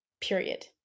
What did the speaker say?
period